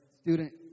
student